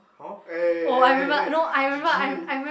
hor eh eh eh eh eh g_g